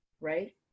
right